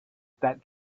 that